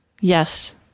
yes